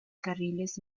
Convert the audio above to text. carriles